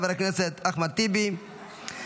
חבר הכנסת אחמד טיבי,